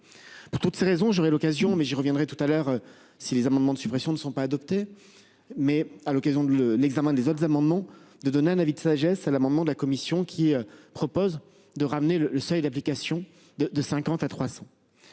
Pour toutes ces raisons, j'aurai l'occasion mais je reviendrai tout à l'heure si les amendements de suppression ne sont pas adoptés. Mais à l'occasion de le l'examen des autres amendements de donner un avis de sagesse à l'amendement de la commission qui propose de ramener le seuil d'application de de 50 à 300.